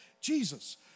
Jesus